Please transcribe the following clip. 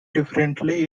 differently